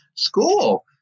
School